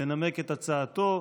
שינמק את הצעתו.